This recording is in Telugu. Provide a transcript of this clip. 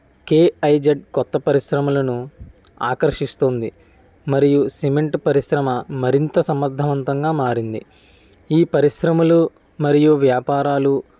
కేఐజెడ్ కొత్త పరిశ్రమలను ఆకర్షిస్తుంది మరియు సిమెంట్ పరిశ్రమ మరింత సమర్థవంతంగా మారింది ఈ పరిశ్రమలు మరియు వ్యాపారాలు